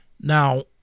Now